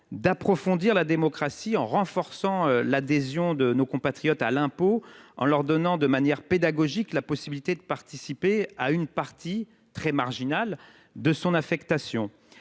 d’approfondir la démocratie en renforçant l’adhésion de nos compatriotes à l’impôt en leur donnant de manière pédagogique la possibilité de participer à une partie très marginale de son affectation.